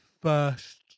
first